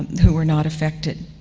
who were not affected.